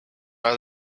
are